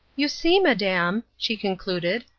you see, madam, she concluded,